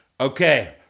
okay